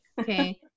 okay